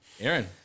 Aaron